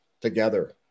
together